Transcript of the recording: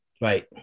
Right